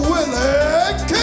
Willie